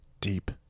Deep